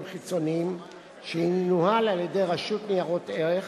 חיצוניים שינוהל על-ידי הרשות לניירות ערך,